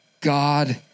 God